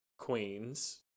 Queens